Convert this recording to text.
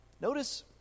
Notice